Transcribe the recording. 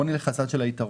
בואו נלך לצד של היתרון.